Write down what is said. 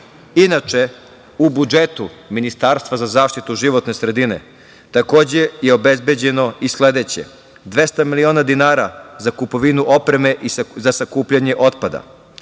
Inđija. Inače, u budžetu Ministarstva za zaštitu životne sredine takođe je obezbeđeno i sledeće: 200 miliona dinara za kupovinu opreme za sakupljanje otpada,